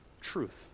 truth